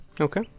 Okay